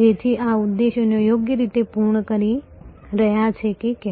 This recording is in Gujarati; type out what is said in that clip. જેથી આ ઉદ્દેશ્યો યોગ્ય રીતે પૂર્ણ થઈ રહ્યા છે કે કેમ